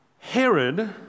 Herod